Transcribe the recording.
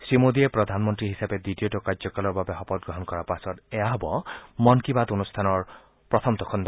শ্ৰীমোডীয়ে প্ৰধান মন্ত্ৰী হিচাপে দ্বিতীয়টো কাৰ্যকালৰ বাবে শপত গ্ৰহণ কৰাৰ পাছত এয়া হ'ব মন কী বাত অনুষ্ঠানৰ প্ৰথমটো খণ্ড